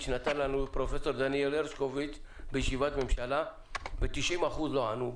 שנתן לנו פרופ' דניאל הרשקוביץ בישיבת ממשלה ו-90% מן האנשים לא ענו,